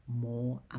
more